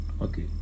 okay